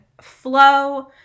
flow